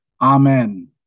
Amen